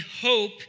hope